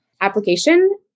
application